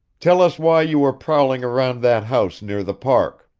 tell us why you were prowling around that house near the park.